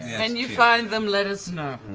and you find them, let us know.